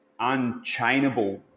unchainable